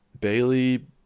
Bailey